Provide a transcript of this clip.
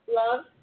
love